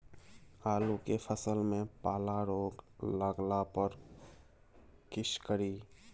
आलू के फसल मे पाला रोग लागला पर कीशकरि?